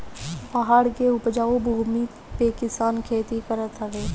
पहाड़ के उपजाऊ भूमि पे किसान खेती करत हवे